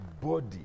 body